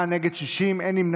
בעד, 47, נגד, 56, חמישה נמנעים.